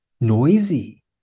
noisy